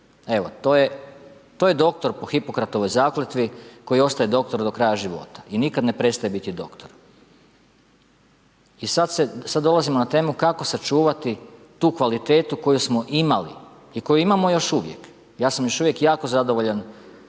Evo, to je doktor po Hipokratovoj zakletvi koji ostaje doktor do kraja života i nikad ne prestaje biti doktor. I sad dolazimo na temu kako sačuvati tu kvalitetu koju smo imali i koju imamo još uvijek. Ja sam još uvijek jako zadovoljan